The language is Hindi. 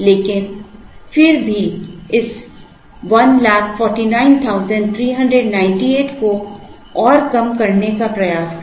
लेकिन फिर भी इस 149398 को और कम करने का प्रयास करें